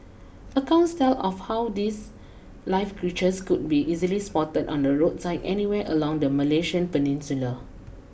accounts tell of how these live creatures could be easily spotted on the roadside anywhere along the Malaysian peninsula